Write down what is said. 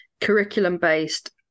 curriculum-based